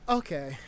okay